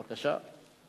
בבקשה.